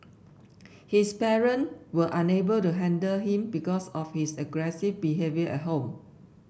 his parent were unable to handle him because of his aggressive behaviour at home